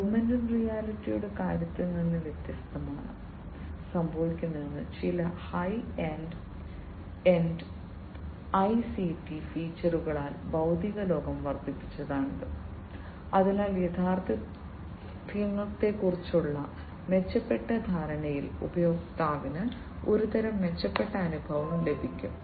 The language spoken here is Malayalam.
ആഗ്മെന്റഡ് റിയാലിറ്റിയുടെ കാര്യത്തിൽ നിന്ന് വ്യത്യസ്തമാണ് സംഭവിക്കുന്നത് ചില ഹൈ എൻഡ് ഐസിടി ഫീച്ചറുകളാൽ ഭൌതിക ലോകം വർദ്ധിപ്പിച്ചതാണ് അതിനാൽ യാഥാർത്ഥ്യത്തെക്കുറിച്ചുള്ള മെച്ചപ്പെട്ട ധാരണയിൽ ഉപയോക്താവിന് ഒരുതരം മെച്ചപ്പെട്ട അനുഭവം ലഭിക്കും